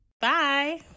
Bye